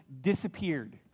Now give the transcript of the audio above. disappeared